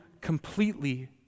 completely